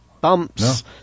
bumps